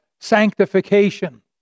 sanctification